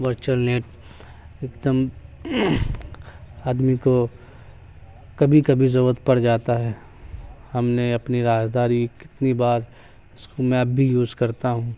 virtual net ایک دم آدمی کو کبھی کبھی ضرورت پڑ جاتا ہے ہم نے اپنی رازداری کتنی بار اس کو میں اب بھی یوز کرتا ہوں